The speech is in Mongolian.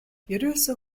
ерөөсөө